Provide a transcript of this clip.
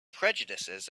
prejudices